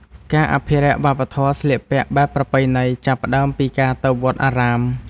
ការអភិរក្សវប្បធម៌ស្លៀកពាក់បែបប្រពៃណី ចាប់ផ្តើមពីការទៅវត្តអារាម។